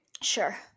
Sure